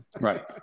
Right